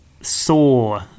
Saw